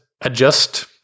adjust